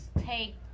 take